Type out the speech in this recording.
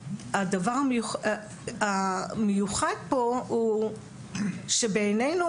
והדבר המיוחד פה הוא שבעיננו,